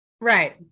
Right